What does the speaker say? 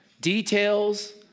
details